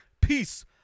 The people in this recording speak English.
Peace